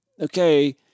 okay